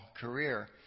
career